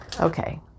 Okay